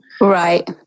Right